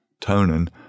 Tonin